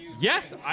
Yes